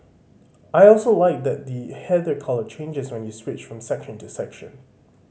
I also like that the the header colour changes when you switch from section to section